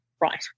right